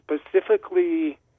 specifically